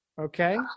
okay